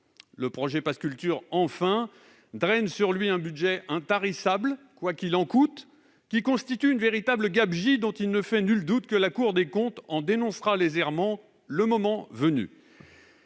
Le projet de pass culture draine sur lui un budget intarissable, « quoi qu'il en coûte », véritable gabegie dont il ne fait nul doute que la Cour des comptes en dénoncera les errements le moment venu.